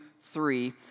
three